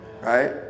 Right